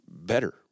better